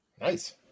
nice